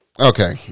Okay